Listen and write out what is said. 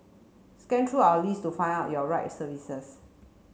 scan through our list to find out your right services